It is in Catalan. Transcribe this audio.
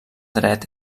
dret